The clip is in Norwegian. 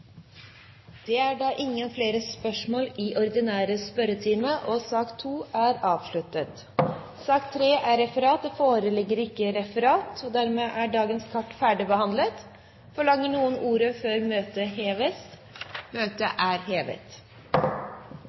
er sak nr. 2 ferdigbehandlet. Det foreligger ikke noe referat. Dermed er dagens kart ferdigbehandlet. Forlanger noen ordet før møtet heves? – Møtet er hevet.